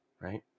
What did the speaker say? Right